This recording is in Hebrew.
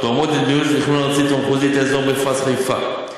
התואמת את מדיניות התכנון הארצית והמחוזית לאזור מפרץ חיפה.